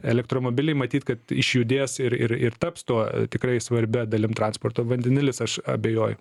elektromobiliai matyt kad išjudės ir ir ir taps tuo tikrai svarbia dalim transporto vandenilis aš abejoju